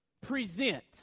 present